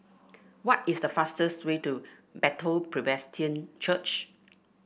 what is the fastest way to Bethel Presbyterian Church